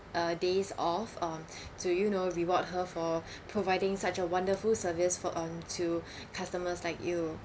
a days off on to you know reward her for providing such a wonderful service for on to customers like you